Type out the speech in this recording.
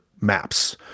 maps